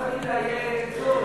אם חלילה יהיה צורך,